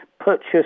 purchase